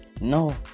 No